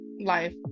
life